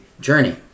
journey